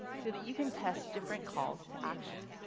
so that you can test different calls to action.